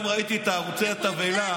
היום ראיתי את ערוצי התבהלה,